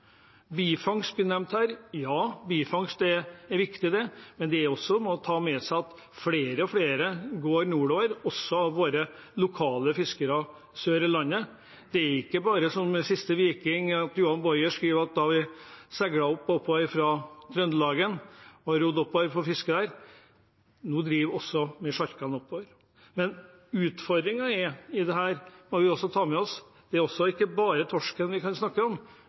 Bifangst blir nevnt her. Bifangst er viktig, men en må også ta med seg at flere og flere av våre lokale fiskere sør i landet går nordover. Det er ikke bare som i Den siste viking, der Johan Bojer skriver om da de seilte oppover fra Trøndelag og rodde oppover på fiske der – nå seiler også sjarkene oppover. Utfordringen i dette må vi også ta med oss. Det er ikke bare torsken vi kan snakke om,